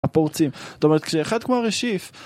‫הפורצים, זאת אומרת כשאחד כמו אריה שיף...